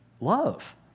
Love